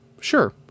Sure